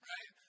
Right